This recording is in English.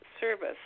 service